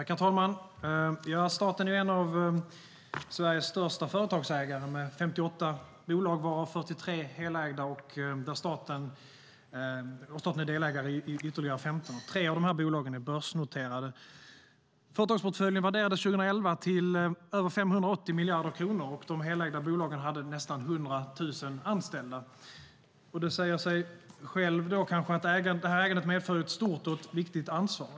Herr talman! Staten är en av Sveriges största företagsägare med 58 bolag. 43 är helägda. Och staten är delägare i ytterligare 15. Tre av de här bolagen är börsnoterade. Företagsportföljen värderades 2011 till över 580 miljarder kronor, och de helägda bolagen hade nästan 100 000 anställda. Det säger kanske sig självt att det här ägandet medför ett stort och viktigt ansvar.